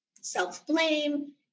self-blame